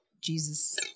Jesus